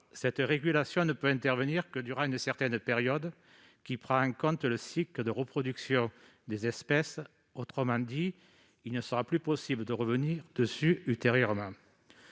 cette régulation ne peut intervenir que durant une certaine période, prenant en compte le cycle de reproduction des espèces. En d'autres termes, il ne sera pas possible d'y revenir ultérieurement.